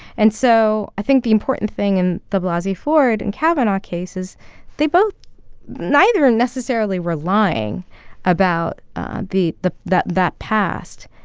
and so i think the important thing in the blasey ford and kavanaugh case is they both neither necessarily were lying about the the that that past.